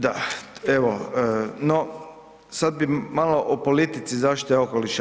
Da, evo, no sad bi malo o politici zaštite okoliša.